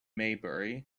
maybury